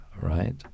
right